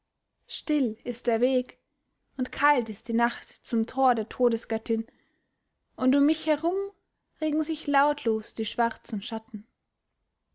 still ist der weg und kalt ist die nacht zum tor der todesgöttin und um mich herum regen sich lautlos die schwarzen schatten